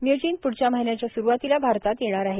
म्य्यचीन पुढच्या महिन्याच्या सुरुवातीला भारतात येणार आहेत